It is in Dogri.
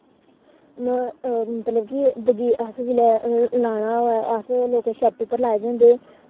मतलब कि बगी अस जिल्लै लाना होऐ अस लोकें छत उप्पर लाए दे होंदे